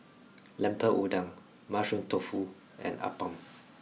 Lemper Udang mushroom tofu and Appam